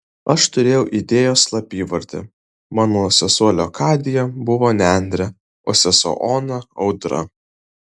aš turėjau idėjos slapyvardį mano sesuo leokadija buvo nendrė o sesuo ona audra